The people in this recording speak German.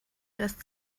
lässt